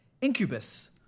Incubus